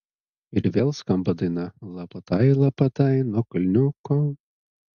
ir vėl skamba daina lapatai lapatai nuo kalniuko